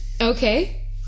Okay